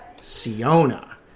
Siona